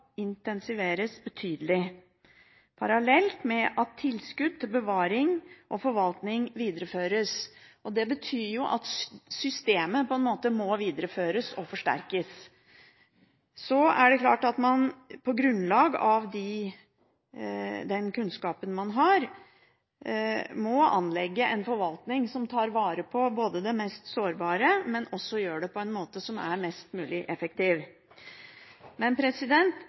intensiveres betydelig, parallelt med at tilskudd til bevaring og forvaltning videreføres. Det betyr at systemet må videreføres og forsterkes. Så må man på grunnlag av den kunnskapen man har, anlegge en forvaltning som tar vare på det mest sårbare, men på en måte som er mest mulig effektiv.